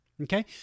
okay